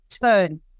turn